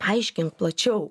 paaiškink plačiau